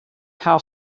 how